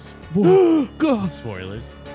Spoilers